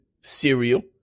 cereal